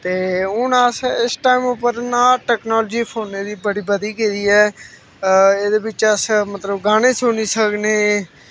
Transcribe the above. ते हून अस इस टैम उप्पर ना टैकनॉलजी फोनै दी बड़ी बधी गेदी ऐ एह्दे बिच्च अस मतलब गाने सुनी सकनें